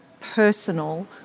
personal